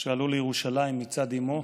שעלו לירושלים מצד אימו,